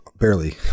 barely